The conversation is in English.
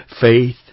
faith